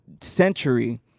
century